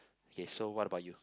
okay so what about you